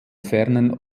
fernen